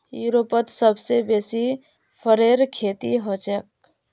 यूरोपत सबसे बेसी फरेर खेती हछेक